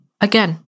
Again